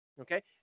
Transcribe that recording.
okay